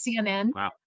CNN